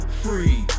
free